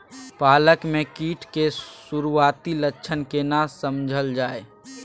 पालक में कीट के सुरआती लक्षण केना समझल जाय?